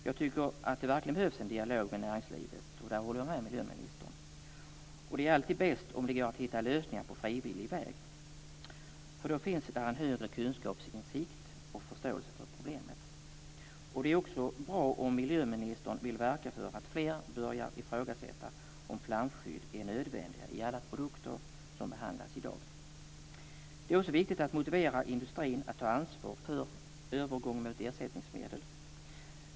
Jag tycker att det verkligen behövs en dialog med näringslivet, och där håller jag med miljöministern. Det är alltid bäst om det går att hitta lösningar på frivillig väg - då finns ibland högre kunskapsinsikt och förståelse för problemet. Det är också bra om miljöministern vill verka för att fler börjar ifrågasätta om flamskydd är nödvändiga i alla produkter som behandlas i dag. Det är också viktigt att motivera industrin att ta ansvar för övergång mot ersättningsmedel.